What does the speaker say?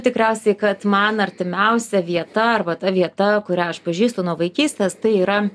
tikriausiai kad man artimiausia vieta arba ta vieta kurią aš pažįstu nuo vaikystės tai yra